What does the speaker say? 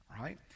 right